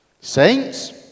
Saints